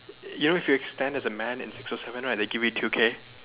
you know if you extend there as a man in six o seven right thatey give you two K